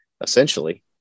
essentially